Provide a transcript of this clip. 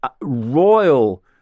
royal